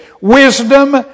wisdom